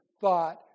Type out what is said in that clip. thought